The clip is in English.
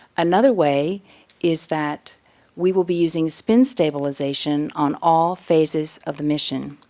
another way is that we will be using spin stabilization on all phases of the mission.